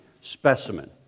specimen